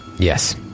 Yes